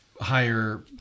higher